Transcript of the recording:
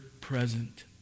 present